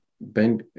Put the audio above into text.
Ben